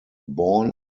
born